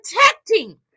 protecting